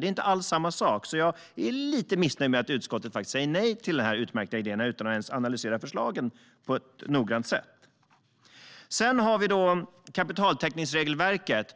Det är inte alls samma sak, så jag är lite missnöjd med att utskottet säger nej till denna utmärkta idé utan att ens ha analyserat förslagen på ett noggrant sätt. Kapitaltäckningsregelverket